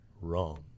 wrong